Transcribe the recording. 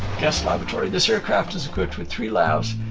guest lavatory. this aircraft is equipped with three lavs.